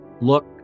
look